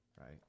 right